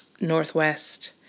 Northwest